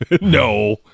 no